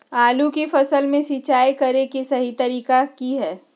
आलू की फसल में सिंचाई करें कि सही तरीका की हय?